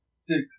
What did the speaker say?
Six